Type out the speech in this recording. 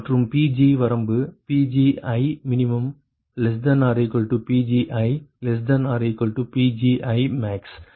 மற்றும் Pg வரம்பு PgiminPgiPgimax என்று கொடுக்கப்பட்டுள்ளது